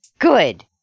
good